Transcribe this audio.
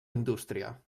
indústria